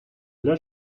для